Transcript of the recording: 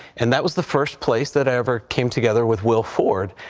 and that was the first place that i ever came together with will ford,